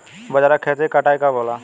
बजरा के खेती के कटाई कब होला?